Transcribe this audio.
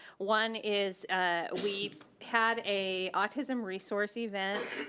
one is ah we had a autism resource event